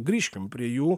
grįžkim prie jų